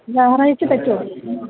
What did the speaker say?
ഞായറാഴ്ച പറ്റുവോ